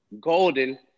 golden